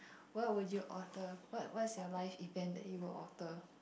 what would you alter what what's your life event that you will alter